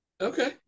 Okay